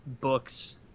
books